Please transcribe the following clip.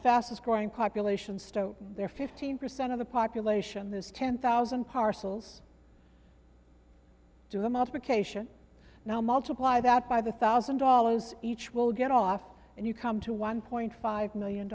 fastest growing populations to their fifteen percent of the population is ten thousand parcels do the multiplication now multiply that by the thousand dollars each will get off and you come to one point five million